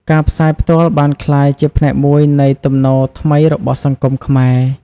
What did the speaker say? ការផ្សាយផ្ទាល់បានក្លាយជាផ្នែកមួយនៃទំនោរថ្មីរបស់សង្គមខ្មែរ។